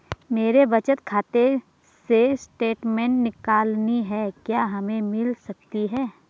मेरे बचत खाते से स्टेटमेंट निकालनी है क्या हमें मिल सकती है?